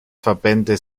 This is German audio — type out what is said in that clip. verbände